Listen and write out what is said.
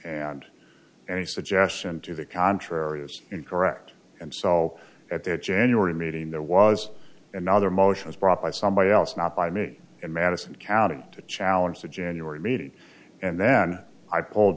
and any suggestion to the contrary was incorrect and so at the january meeting there was another motion is brought by somebody else not by me in madison county to challenge the january meeting and then i called